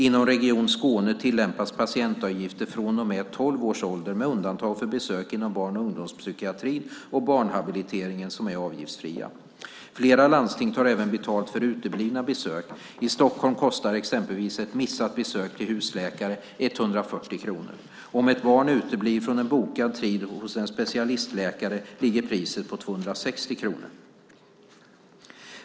Inom Region Skåne tillämpas patientavgifter från och med 12 års ålder med undantag av besök inom barn och ungdomspsykiatrin och barnhabiliteringen som är avgiftsfria. Flera landsting tar även betalt för uteblivna besök. I Stockholm kostar exempelvis ett missat besök till husläkare 140 kronor. Om ett barn uteblir från en bokad tid hos en specialistläkare ligger priset på 260 kronor.